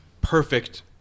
perfect